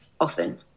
often